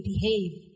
behave